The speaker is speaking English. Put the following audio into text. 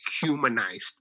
humanized